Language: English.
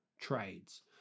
trades